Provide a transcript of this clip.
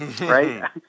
right